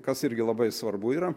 kas irgi labai svarbu yra